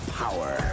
power